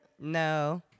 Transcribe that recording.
No